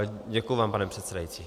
Děkuji vám, pane předsedající.